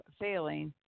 failing